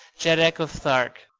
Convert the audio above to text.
jeddak of thark.